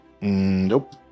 Nope